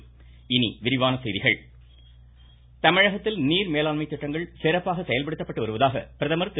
பிரதமர் தமிழகத்தில் நீர் மேலாண்மை திட்டங்கள் சிறப்பாக செயல்படுத்தப்பட்டு வருவதாக பிரதமர் திரு